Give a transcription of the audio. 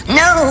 no